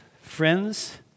friends